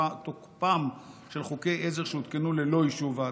תוקפם של חוקי עזר שהותקנו ללא אישור ועדה.